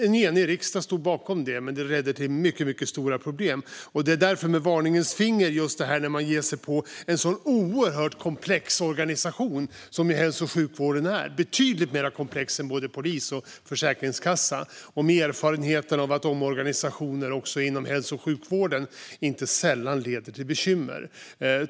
En enig riksdag stod bakom det, men det ledde till mycket stora problem. Det är därför man kan höja ett varningens finger för att ge sig på en så oerhört komplex organisation som hälso och sjukvården är, betydligt mer komplex än både polis och försäkringskassa. Erfarenheten är ju också att omorganisationer inom hälso och sjukvården inte sällan leder till bekymmer.